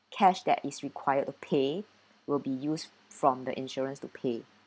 cash that is required to pay will be used from the insurance to pay